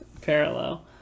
parallel